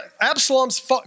Absalom's